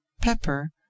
pepper